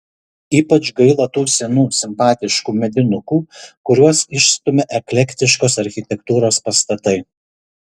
ypač gaila tų senų simpatiškų medinukų kuriuos išstumia eklektiškos architektūros pastatai